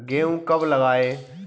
गेहूँ कब लगाएँ?